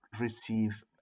receive